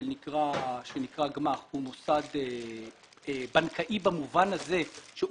שנקרא גמ"ח הוא מוסד בנקאי במובן הזה שהוא